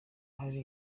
hari